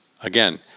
Again